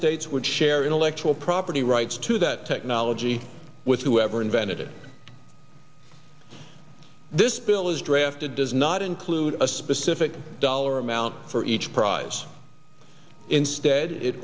states would share intellectual property rights to that technology with whoever invented it this bill is drafted does not include a specific dollar amount for each prize instead it